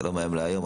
זה לא מהיום להיום.